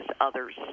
others